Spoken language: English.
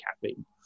caffeine